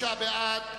66 בעד,